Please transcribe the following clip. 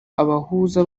abahuza